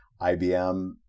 IBM